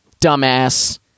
Dumbass